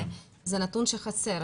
זה נתון שחסר.